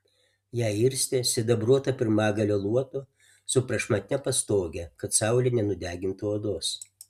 ją irstė sidabruoto pirmagalio luotu su prašmatnia pastoge kad saulė nenudegintų odos